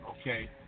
okay